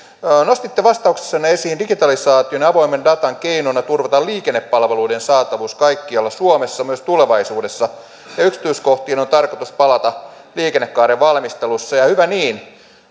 nostitte vastauksessanne esiin digitalisaation ja avoimen datan keinona turvata liikennepalveluiden saatavuus kaikkialla suomessa myös tulevaisuudessa ja yksityiskohtiin on tarkoitus palata liikennekaaren valmistelussa hyvä niin